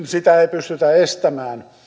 pystytä estämään